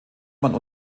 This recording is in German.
man